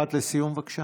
משפט לסיום, בבקשה.